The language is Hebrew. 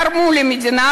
תרמו למדינה,